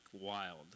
wild